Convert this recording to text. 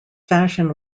fashion